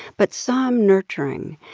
but some nurturing.